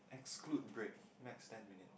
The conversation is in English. exclude break max ten minutes